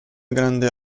grande